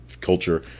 culture